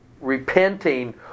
repenting